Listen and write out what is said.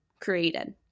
created